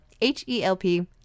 H-E-L-P